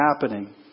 happening